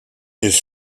his